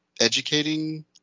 educating